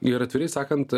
ir atvirai sakant